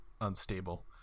unstable